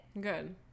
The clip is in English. good